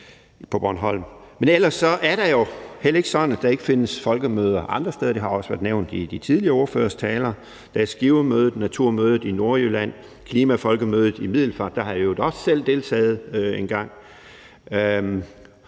Men ellers er det jo heller ikke sådan, at der ikke findes folkemøder andre steder – det har også været nævnt i de tidligere ordføreres taler. Der er Skivemødet, Naturmødet i Nordjylland og Klimafolkemødet i Middelfart, hvor jeg i øvrigt også selv engang